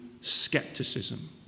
skepticism